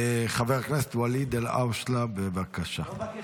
חבר הכנסת ואליד אלהואשלה, בבקשה.